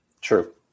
True